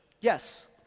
Yes